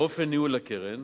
לאופן ניהול הקרן